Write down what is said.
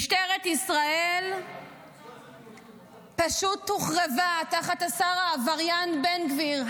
משטרת ישראל פשוט הוחרבה תחת השר העבריין בן גביר,